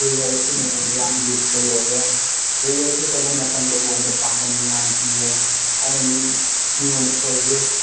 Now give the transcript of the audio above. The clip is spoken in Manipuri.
ꯄ꯭ꯔꯦꯌꯔꯁꯤꯅ ꯑꯩꯉꯣꯟꯗ ꯌꯥꯝ ꯏꯌꯨꯁꯐꯨꯜ ꯑꯣꯏꯌꯦ ꯄ꯭ꯔꯦꯌꯔꯁꯦ ꯇꯧꯕ ꯃꯇꯝꯗ ꯑꯩꯉꯣꯟꯗ ꯄꯥꯡꯒꯟ ꯃꯌꯥꯝ ꯄꯤꯌꯦ ꯑꯩꯅ ꯃꯤ ꯃꯤꯉꯣꯟꯗ ꯐꯣꯔꯒꯤꯐ